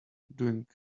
doing